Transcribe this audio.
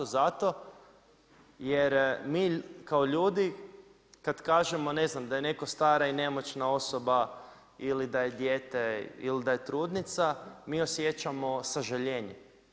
Zato jer mi kao ljudi, kad kažemo ne znam, da je netko stara i nemoćna osoba, ili da je dijete ili da je trudnica, mi osjećamo sažaljenje.